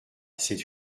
c’est